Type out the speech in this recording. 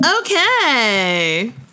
Okay